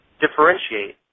differentiate